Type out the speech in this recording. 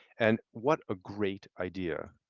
and what a great idea.